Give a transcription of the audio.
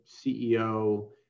CEO